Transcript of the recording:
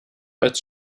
als